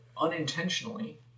unintentionally